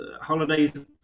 Holidays